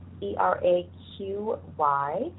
E-R-A-Q-Y